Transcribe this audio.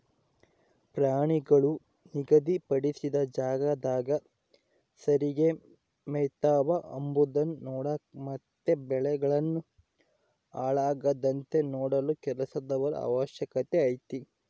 ಪ್ರಾಣಿಗಳು ನಿಗಧಿ ಪಡಿಸಿದ ಜಾಗದಾಗ ಸರಿಗೆ ಮೆಯ್ತವ ಅಂಬದ್ನ ನೋಡಕ ಮತ್ತೆ ಬೆಳೆಗಳನ್ನು ಹಾಳಾಗದಂತೆ ನೋಡಲು ಕೆಲಸದವರ ಅವಶ್ಯಕತೆ ಐತೆ